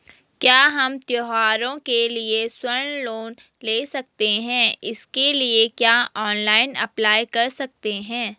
क्या हम त्यौहारों के लिए स्वर्ण लोन ले सकते हैं इसके लिए क्या ऑनलाइन अप्लाई कर सकते हैं?